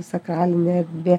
sakralinė erdvė